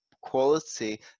quality